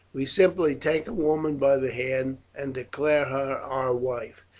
we simply take a woman by the hand and declare her our wife.